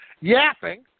yapping